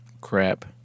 crap